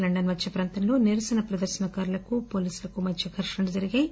London మధ్య ప్రాంతంలో నిరసన ప్రదర్శనకార్లకు వోలీసులకు మధ్య ఘర్షణలు జరిగాయి